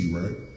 right